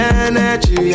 energy